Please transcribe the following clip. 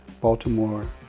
Baltimore